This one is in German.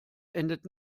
endet